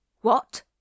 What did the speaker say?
What